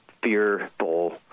fearful